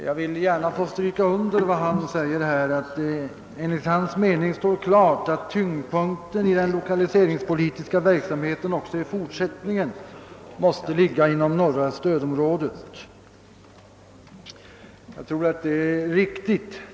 Jag vill särskilt understryka inrikesministerns uttalande, att det enligt hans mening står klart »att tyngdpunkten i den lokaliseringspolitiska verksamheten också i fortsättningen måste ligga inom norra stödområdet». Jag tror att detta är riktigt.